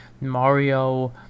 Mario